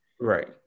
Right